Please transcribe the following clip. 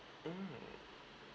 mm